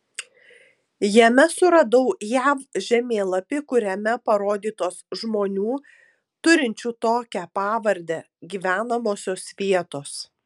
jame suradau jav žemėlapį kuriame parodytos žmonių turinčių tokią pavardę gyvenamosios vietos